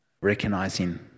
recognizing